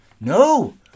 no